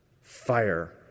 Fire